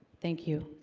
thank you